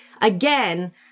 again